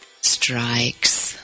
strikes